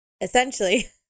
Essentially